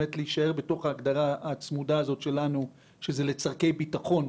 באמת להישאר בתוך ההגדרה הצמודה הזאת שלנו שזה לצורכי ביטחון.